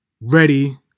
ready